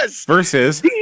Versus